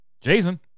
Jason